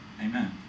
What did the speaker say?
amen